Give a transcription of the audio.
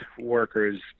workers